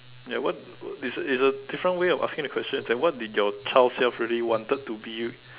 ya what is the is the different way of asking the question and what did your child self really wanted to be